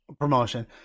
promotion